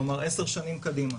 כלומר עשר שנים קדימה.